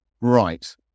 Right